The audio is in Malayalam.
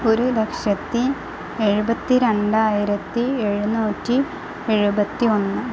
ഒരു ലക്ഷത്തി എഴുപത്തി രണ്ടായിരത്തി എഴുന്നൂറ്റി എഴുപത്തി ഒന്ന്